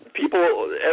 People